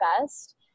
best